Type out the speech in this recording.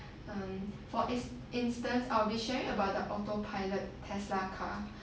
um for ins~ instance I'll be sharing about the auto pilot Tesla car